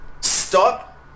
Stop